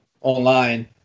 online